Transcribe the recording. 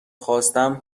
خواستم